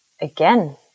again